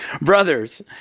Brothers